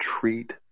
treat